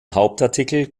hauptartikel